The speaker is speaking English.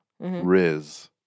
Riz